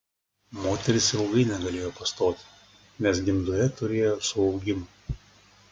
moteris ilgai negalėjo pastoti nes gimdoje turėjo suaugimų